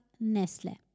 Nestle